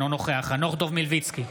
אינו נוכח חנוך דב מלביצקי,